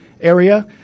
area